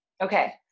okay